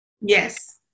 Yes